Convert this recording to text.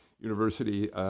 university